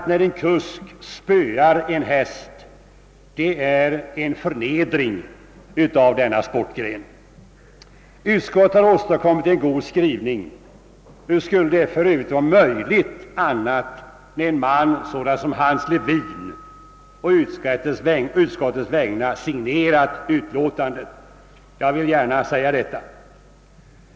När en kusk spöar en häst förnedrar han denna sportgren. Utskottet har åstadkommit en god skrivning. Hur skulle annat för övrigt vara möjligt när en man som Hans Le vin på utskottets vägnar signerat utlåtandet?